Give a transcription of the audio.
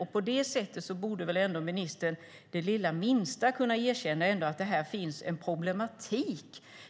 Ministern borde väl ändå det minsta lilla kunna erkänna att det finns en problematik här.